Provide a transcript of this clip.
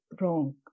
wrong